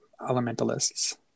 elementalists